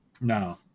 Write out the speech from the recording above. no